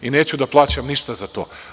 Neću da plaćam ništa za to.